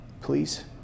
Please